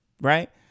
right